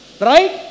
Right